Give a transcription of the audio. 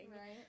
right